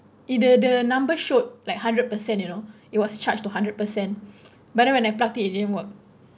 the the number showed like hundred percent you know it was charged to hundred percent but then when I plugged it it didn't work